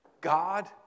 God